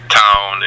town